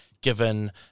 given